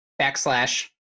backslash